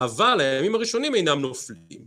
אבל הימים הראשונים אינם נופלים.